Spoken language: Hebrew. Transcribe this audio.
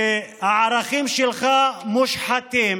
שהערכים שלך מושחתים,